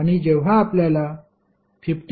आणि जेव्हा आपल्याला 53